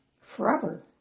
forever